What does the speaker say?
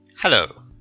Hello